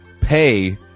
pay